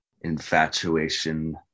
infatuation